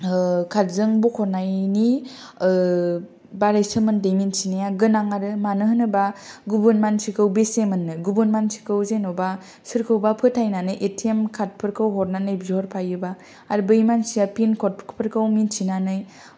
खार्दजों बखनायनि बारै सोमोन्दै मिथिनाया गोनां आरो मानो होनोबा गुबुन मानसिखौ बेसे मोननो गुबुन मानसिखौ जेन'बा सोरखौबा फोथायनानै एथिएम खार्दफोरखौ हरनानै बिहरफायोबा आरो बै मानसिया फिन खर्डफोरखौ माेनथिनानै